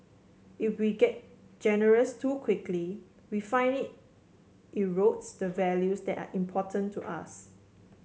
if we get generous too quickly we find it erodes the values that are important to us